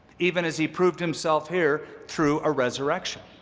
even as he proved himself here through a resurrection.